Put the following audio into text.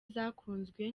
zakunzwe